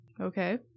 Okay